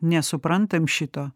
nesuprantam šito